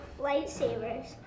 lightsabers